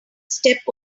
step